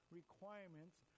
requirements